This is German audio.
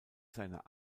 seiner